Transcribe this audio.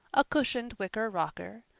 a cushioned wicker rocker,